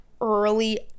early